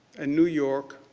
and new york